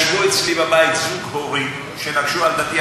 ישבו אצלי בבית זוג הורים שנקשו על דלתי,